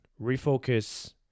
refocus